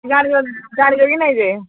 ଗାଡ଼ି ଗାଡ଼ି ବି ନାଇଁ ଯେ